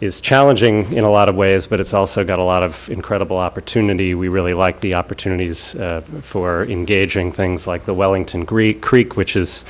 is challenging in a lot of ways but it's also got a lot of incredible opportunity we really like the opportunities for engaging things like the wellington greek creek which is